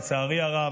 לצערי הרב,